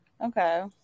Okay